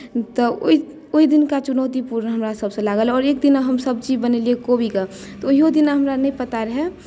तऽ ओहि ओहि दिनका चुनौतीपूर्ण हमरा सभसँ लागल आओर एक दिना हम सब्जी बनेलियै कोबीके तऽ ओहिओ दिन हमरा नहि पता रहए